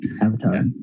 avatar